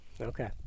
Okay